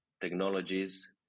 technologies